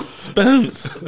Spence